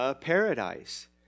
paradise